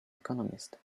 economist